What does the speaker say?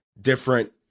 different